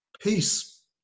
Peace